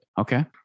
Okay